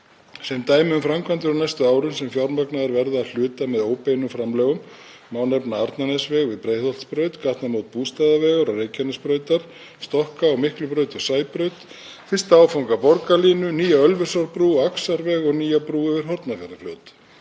Sem dæmi um framkvæmdir á næstu árum sem fjármagnaðar verða að hluta með óbeinum framlögum má nefna Arnarnesveg við Breiðholtsbraut, gatnamót Bústaðavegar og Reykjanesbrautar, stokka á Miklubraut og Sæbraut, fyrsta áfanga borgarlínu, nýja Ölfusárbrú, Axarveg og nýja brú yfir Hornafjarðarfljót.